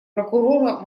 прокурора